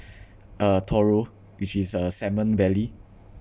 uh toro which is uh salmon belly